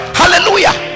hallelujah